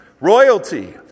Royalty